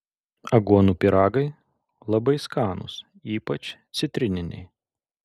aguonų pyragai labai skanūs ypač citrininiai